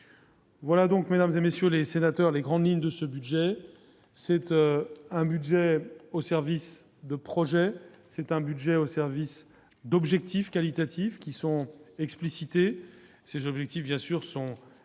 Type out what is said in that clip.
voilà donc, mesdames et messieurs les sénateurs, les grandes lignes de ce budget cette un budget au service de projets, c'est un budget au service d'objectifs qualitatifs qui sont explicitées ces objectifs bien sûr sont à